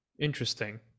interesting